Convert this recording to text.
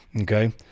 Okay